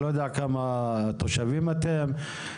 אני לא יודע כמה תושבים אתם,